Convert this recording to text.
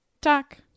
talk